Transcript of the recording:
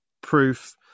proof